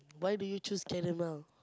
why do you choose caramel